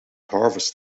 harvest